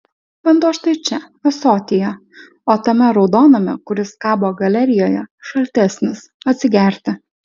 vanduo štai čia ąsotyje o tame raudoname kuris kabo galerijoje šaltesnis atsigerti